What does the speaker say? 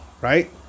right